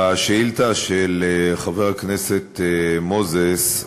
לשאילתה של חבר הכנסת מוזס,